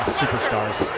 superstars